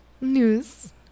news